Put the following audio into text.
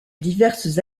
diverses